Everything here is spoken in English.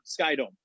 Skydome